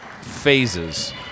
phases